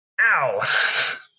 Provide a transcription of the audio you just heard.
Ow